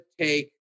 take